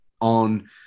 on